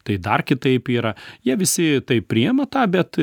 tai dar kitaip yra jie visi taip priima tą bet